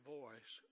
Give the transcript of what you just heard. voice